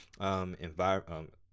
environment